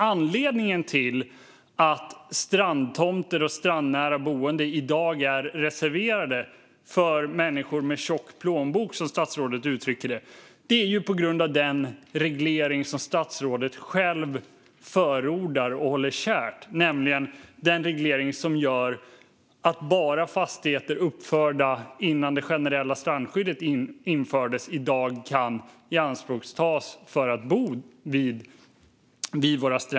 Anledningen till att strandtomter och strandnära boende i dag är reserverade för människor med tjock plånbok, som statsrådet uttrycker det, är den reglering som statsrådet själv förordar och håller kär, nämligen att bara fastigheter uppförda innan det generella strandskyddet infördes i dag kan ianspråktas för att bo i.